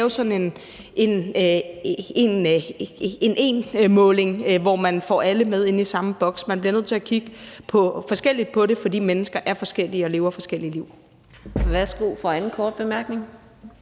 lave sådan én måling, hvor man får alle med ind i samme boks. Man bliver nødt til at kigge forskelligt på det, fordi mennesker er forskellige og lever forskellige liv.